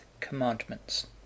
commandments